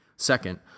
Second